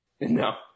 No